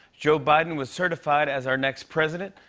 joe biden was certified as our next president.